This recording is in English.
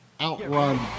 outrun